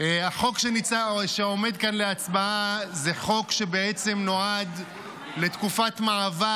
החוק שעומד כאן להצבעה זה חוק שבעצם נועד לתקופת מעבר